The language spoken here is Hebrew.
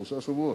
שלושה שבועות.